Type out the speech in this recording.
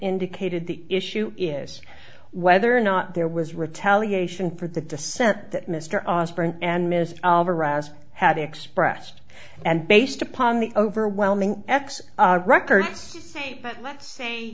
indicated the issue is whether or not there was retaliation for the dissent that mr osbourne and ms had expressed and based upon the overwhelming x records but let's say